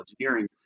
engineering